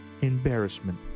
embarrassment